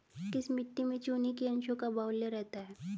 किस मिट्टी में चूने के अंशों का बाहुल्य रहता है?